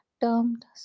termed